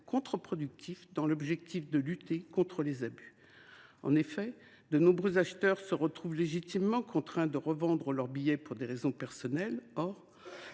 contre productif dans l’objectif de lutter contre les abus. En effet, de nombreux acheteurs se retrouvent légitimement contraints de revendre leurs billets pour des raisons personnelles.